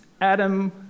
Adam